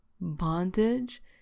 Bondage